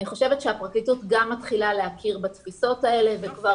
אני חושבת שהפרקליטות גם מתחילה להכיר בתפיסות האלה וכבר